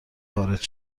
وارد